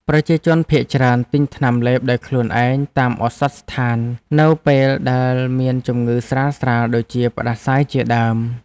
ប្រជាជនភាគច្រើនទិញថ្នាំលេបដោយខ្លួនឯងតាមឱសថស្ថាននៅពេលដែលមានជំងឺស្រាលៗដូចជាផ្ដាសាយជាដើម។